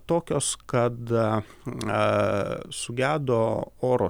tokios kad sugedo oro